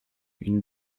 une